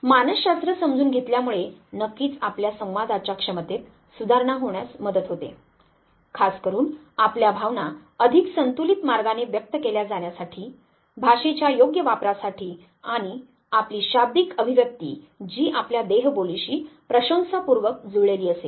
मानसशास्त्र समजून घेतल्यामुळे नक्कीच आपल्या संवादाच्या क्षमतेत सुधारणा होण्यास मदत होते खासकरुन आपल्या भावना अधिक संतुलित मार्गाने व्यक्त केल्या जाण्यासाठी भाषेच्या योग्य वापरासाठी आणि आपली शाब्दिक अभिव्यक्ती जी आपल्या देहबोलीशी प्रशंसापूर्वक जुळलेली असेल